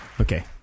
Okay